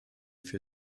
für